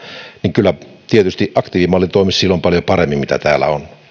niin kyllä tietysti aktiivimalli toimii silloin paljon paremmin kuin täällä